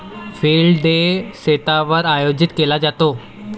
field day शेतावर आयोजित केला जातो